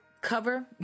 cover